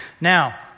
Now